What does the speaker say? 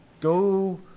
Go